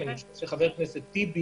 אני חושב שיש